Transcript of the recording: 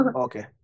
Okay